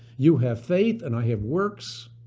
you have faith, and i have works.